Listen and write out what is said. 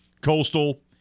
coastal